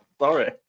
Sorry